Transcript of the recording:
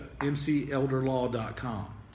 mcelderlaw.com